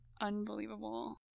unbelievable